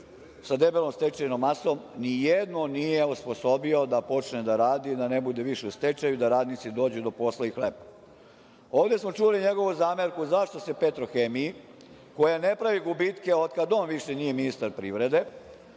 sa debelom stečajnom masom, ni jedno nije osposobio da počne da radi, da ne bude više u stečaju, da radnici dođu do posla i hleba. Ovde smo čuli njegovu zamerku zašto se „Petrohemiji“ koja ne pravi gubitke od kada on više nije ministar privrede,